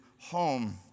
home